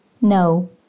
No